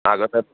আগতে